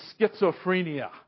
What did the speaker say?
schizophrenia